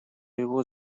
его